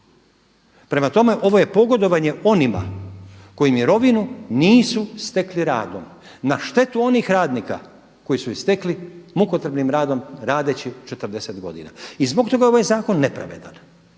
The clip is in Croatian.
Prema tome, ovo je pogodovanje onima koji mirovinu nisu stekli radom na štetu onih radnika koji su je stekli mukotrpnim radom radeći 40 godina. I zbog toga je ovaj zakon nepravedan.